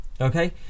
okay